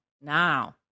now